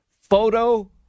photo